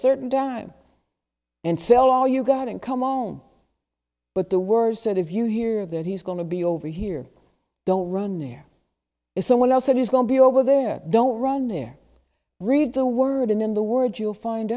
certain dime and sell all you got and come alone but the words said if you hear that he's going to be over here don't run there is someone else that is going be over there don't run their read the word and in the words you'll find